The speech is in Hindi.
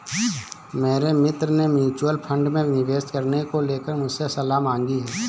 मेरे मित्र ने म्यूच्यूअल फंड में निवेश करने को लेकर मुझसे सलाह मांगी है